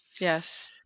Yes